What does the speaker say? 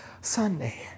Sunday